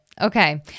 Okay